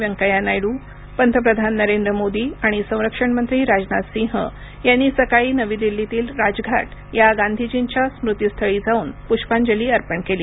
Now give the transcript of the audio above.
वेंकय्या नायडू पंतप्रधान नरेंद्र मोदी आणि संरक्षण मंत्री राजनाथ सिंह यांनी सकाळी नवी दिल्लीतील राजघाट या गांधीजींच्या स्मृतीस्थळी जाऊन पुष्पांजली अर्पण केली